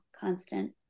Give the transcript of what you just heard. constant